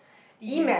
it's tedious